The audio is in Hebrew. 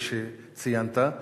כפי שציינת,